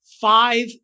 five